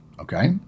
okay